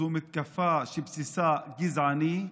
זו מתקפה שבסיסה גזעני,